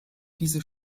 diese